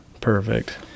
Perfect